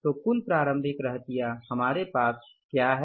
तो कुल प्रारंभिक रहतिया हमारे पास क्या है